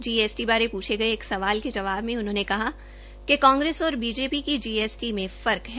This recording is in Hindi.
जीएसटी बारे पूछे एक सवाल के जवाब में उन्होंने कहा कि कांग्रेस और बीजेपी की जीएसटी में फर्क है